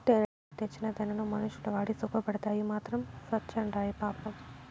తేనెటీగలు తెచ్చిన తేనెను మనుషులు వాడి సుకపడితే అయ్యి మాత్రం సత్చాండాయి పాపం